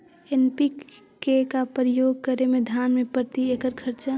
NPK का प्रयोग करे मे धान मे प्रती एकड़ खर्चा?